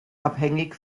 abhängig